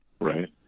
right